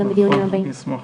אני אשמח